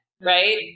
Right